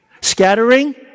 Scattering